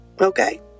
Okay